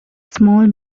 small